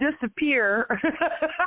disappear